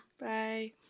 Bye